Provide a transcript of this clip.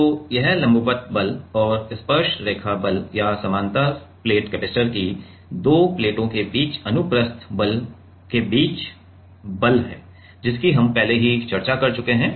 तो यह लंबवत बल और स्पर्शरेखा बल या समानांतर प्लेट कपैसिटर की 2 प्लेटों के बीच अनुप्रस्थ बल के बीच बल है जिसकी हम पहले ही चर्चा कर चुके हैं